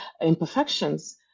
imperfections